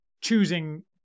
choosing